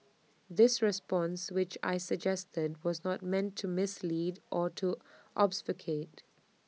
this response which I suggested then was not meant to mislead or to obfuscate